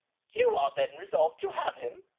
you are then resolved to have him?